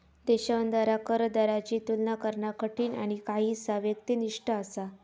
देशांद्वारा कर दरांची तुलना करणा कठीण आणि काहीसा व्यक्तिनिष्ठ असा